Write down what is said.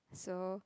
so